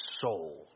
soul